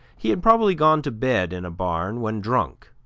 he had probably gone to bed in a barn when drunk,